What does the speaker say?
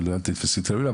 אל תתפסי אותי במילה,